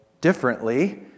differently